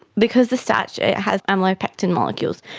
because the starch has amylopectin molecules,